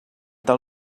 tal